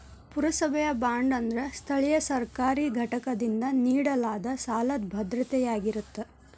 ಪುರಸಭೆಯ ಬಾಂಡ್ ಅಂದ್ರ ಸ್ಥಳೇಯ ಸರ್ಕಾರಿ ಘಟಕದಿಂದ ನೇಡಲಾದ ಸಾಲದ್ ಭದ್ರತೆಯಾಗಿರತ್ತ